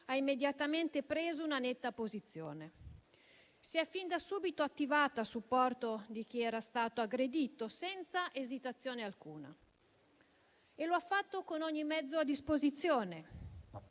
ha immediatamente preso una netta posizione e si è fin da subito attivata a supporto di chi era stato aggredito senza esitazione alcuna e lo ha fatto con ogni mezzo a disposizione.